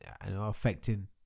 affecting